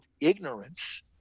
ignorance